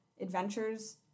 adventures